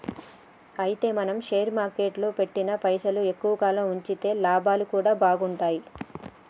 అయితే మనం షేర్ మార్కెట్లో పెట్టిన పైసలు ఎక్కువ కాలం ఉంచితే లాభాలు కూడా బాగుంటాయి